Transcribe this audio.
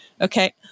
Okay